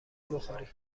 بخوری